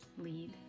lead